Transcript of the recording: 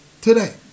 Today